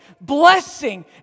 blessing